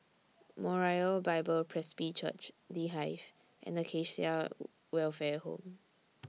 Moriah Bible Presby Church The Hive and Acacia Welfare Home